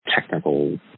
technical